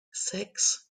sechs